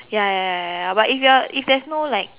ya ya ya ya ya but you're if there's no like